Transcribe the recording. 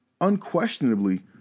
unquestionably